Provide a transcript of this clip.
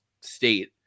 state